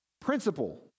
principle